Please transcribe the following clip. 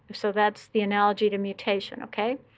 so that's the analogy to mutation, ok?